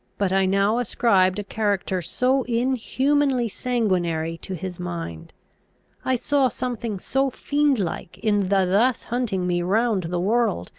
but i now ascribed a character so inhumanly sanguinary to his mind i saw something so fiend-like in the thus hunting me round the world,